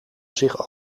zich